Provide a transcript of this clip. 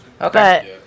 Okay